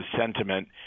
sentiment